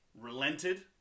relented